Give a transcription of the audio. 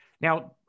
Now